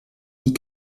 dit